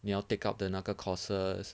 你要 take up 的那个 courses